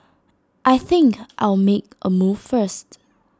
I think I'll make A move first